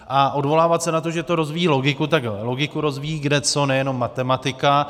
A odvolávat se na to, že to rozvíjí logiku tak logiku rozvíjí kdeco, nejenom matematika.